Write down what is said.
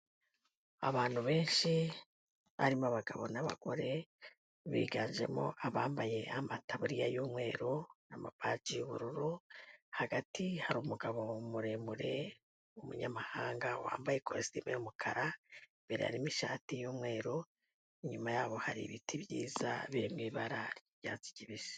Abantu benshi harimo abagabo n'abagore biganjemo abambaye amataburiya y'umweru na amabaji y'ubururu, hagati hari umugabo muremure w'umunyamahanga wambaye kositime y'umukara, imbere harimo ishati y'umweru, inyuma yabo hari ibiti byiza biri mu ibara ry'icyatsi kibisi.